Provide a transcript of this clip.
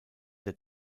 der